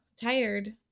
tired